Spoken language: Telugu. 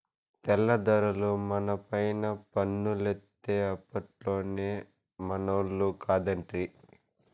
తెల్ల దొరలు మనపైన పన్నులేత్తే అప్పట్లోనే మనోళ్లు కాదంటిరి